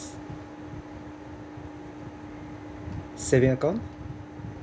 saving account